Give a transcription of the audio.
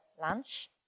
lunch